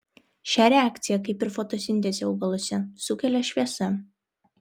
šią reakciją kaip ir fotosintezę augaluose sukelia šviesa